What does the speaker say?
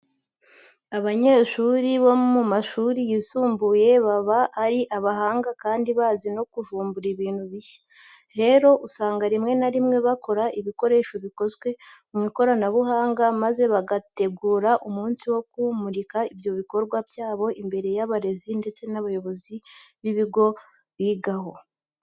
Abanyeshuri bo mu mashuri yisumbuye baba ari abahanga kandi bazi no kuvumbura ibintu bishya. Rero usanga rimwe na rimwe bakora ibikoresho bikozwe mu ikoranabuhanga maze bagategura umunsi wo kumurika ibyo bikorwa byabo imbere y'abarezi ndetse n'abayobozi b'ibigo bigaho.